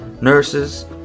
nurses